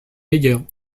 meilleurs